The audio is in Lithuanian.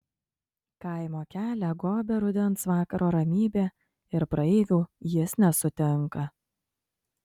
kaimo kelią gobia rudens vakaro ramybė ir praeivių jis nesutinka